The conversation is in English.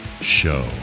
show